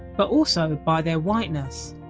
but also by their whiteness,